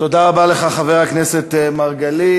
תודה רבה לך, חבר הכנסת מרגלית.